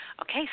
Okay